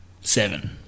seven